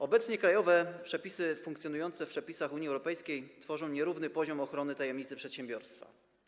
Obecnie krajowe przepisy funkcjonujące w państwach Unii Europejskiej tworzą nierówny poziom ochrony tajemnicy przedsiębiorstwa.